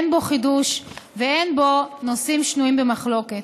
אין בו חידוש ואין בו נושאים שנויים במחלוקת.